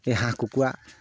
হাঁহ কুকুৰা